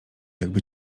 jakby